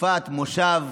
תקופת כנס החורף.